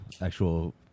actual